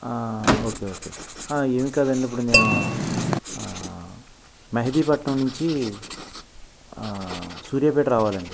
ఆ okay okay ఆ ఏమి కాదండి ఇప్పుడు నేను మెహదీపట్నం నుంచి సూర్యాపేట రావాలండి